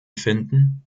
finden